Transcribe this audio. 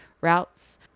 routes